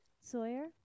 Sawyer